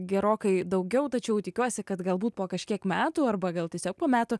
gerokai daugiau tačiau tikiuosi kad galbūt po kažkiek metų arba gal tiesiog po metų